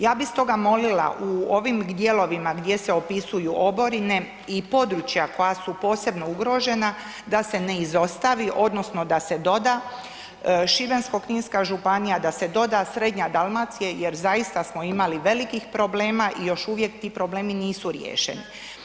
Ja bih stoga molila u ovim dijelovima gdje se opisuju oborine i područja koja su posebno ugrožena da se ne izostavi, odnosno da se doda Šibensko-kninska županija, da se doda srednja Dalmacija, jer zaista smo imali velikih problema i još uvijek ti problemi nisu riješeni.